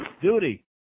duty